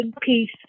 peace